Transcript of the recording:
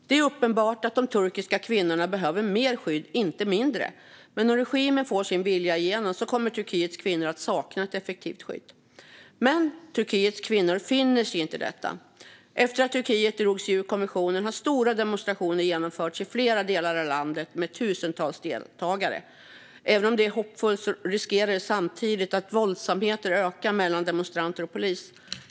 Det är uppenbart att de turkiska kvinnorna behöver mer skydd, inte mindre. Men om regimen får sin vilja igenom kommer Turkiets kvinnor att sakna ett effektivt skydd. Men Turkiets kvinnor finner sig inte i detta. Efter att Turkiet drog sig ur konventionen har stora demonstrationer genomförts i flera delar av landet med tusentals deltagare. Även om det är hoppfullt riskerar det samtidigt att våldsamheter ökar mellan demonstranter och polis.